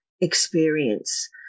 experience